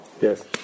Yes